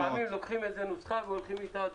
תמיד לוקחים איזו נוסחה והולכים איתה דוך,